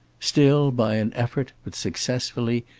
still by an effort, but successfully,